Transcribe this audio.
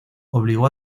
obligó